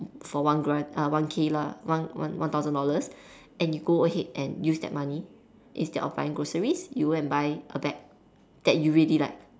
for one grand uh one K lah one one one thousand dollars and you go ahead and use that money instead of buying groceries you go and buy a bag that you really like